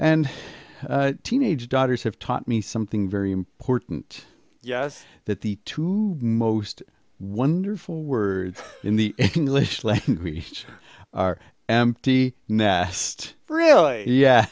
and teenage daughters have taught me something very important yes that the two most wonderful words in the english lesson are empty nest really yeah